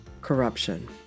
corruption